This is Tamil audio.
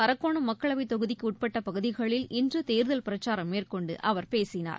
அரக்கோணம் மக்களவைத் தொகுதிக்கு உட்பட்ட பகுதிகளில் இன்று தேர்தல் பிரச்சாரம் மேற்கொண்டு அவர் பேசினார்